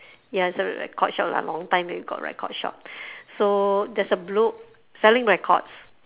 ya it's a record shop lah long time then got record shop so there's a bloke selling records